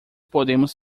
podemos